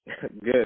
Good